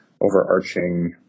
overarching